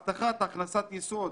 הבטחת הכנסת יסוד